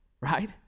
Right